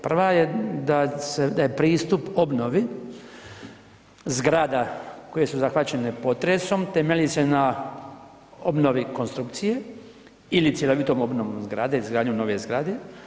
Prva je da je pristup obnovi zgrada koje su zahvaćene potresom temelji se na obnovi konstrukcije ili cjelovitom obnove zgrade, izgradnjom nove zgrade.